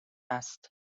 است